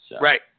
Right